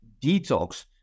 detox